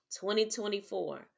2024